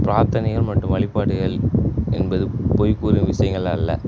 பிரார்த்தனைகள் மற்றும் வழிபாடுகள் என்பது பொய் கூறும் விஷியங்கள் அல்ல